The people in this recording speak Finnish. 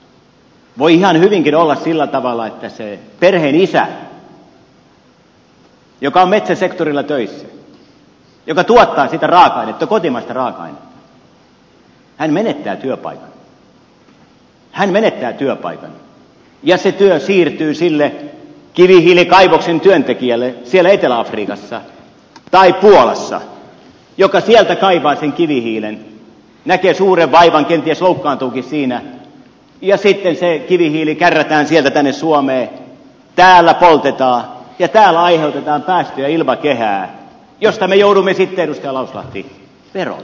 voi ihan hyvinkin olla sillä tavalla että se perheenisä joka on metsäsektorilla töissä joka tuottaa sitä raaka ainetta kotimaista raaka ainetta menettää työpaikan hän menettää työpaikan ja se työ siirtyy sille kivihiilikaivoksen työntekijälle siellä etelä afrikassa tai puolassa joka sieltä kaivaa sen kivihiilen näkee suuren vaivan kenties loukkaantuukin siinä ja sitten se kivihiili kärrätään sieltä tänne suomeen täällä poltetaan ja täällä aiheutetaan päästöjä ilmakehään mistä me joudumme sitten edustaja lauslahti verolle